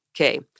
Okay